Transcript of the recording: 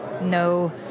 no